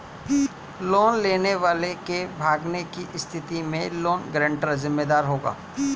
loan लेने वाले के भागने की स्थिति में लोन गारंटर जिम्मेदार होगा